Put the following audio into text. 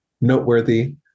noteworthy